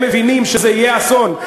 הם מבינים שזה יהיה אסון.